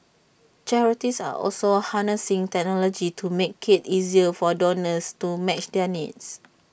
charities are also harnessing technology to make IT easier for donors to match their needs